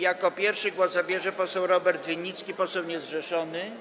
Jako pierwszy głos zabierze poseł Robert Winnicki, poseł niezrzeszony.